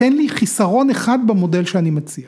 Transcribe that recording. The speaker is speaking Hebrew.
‫אין לי חיסרון אחד במודל שאני מציע.